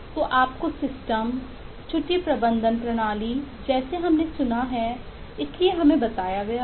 तो आपके सिस्टम छुट्टी प्रबंधन प्रणाली जैसा हमने सुना है इसलिए हमें बताया गया था